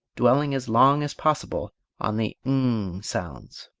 dwelling as long as possible on the ng sounds.